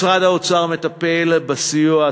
משרד האוצר מטפל בסיוע,